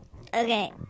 okay